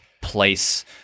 place